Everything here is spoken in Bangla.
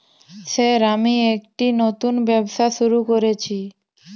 স্যার আমি একটি নতুন ব্যবসা শুরু করেছি?